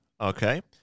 Okay